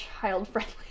child-friendly